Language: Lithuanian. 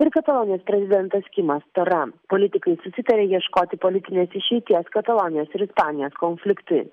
ir katalonijos prezidentas kimas tara politikai susitarė ieškoti politinės išeities katalonijos ir ispanijos konfliktui